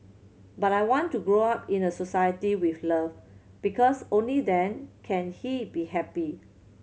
but I want to grow up in a society with love because only then can he be happy